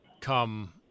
come